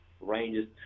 ranges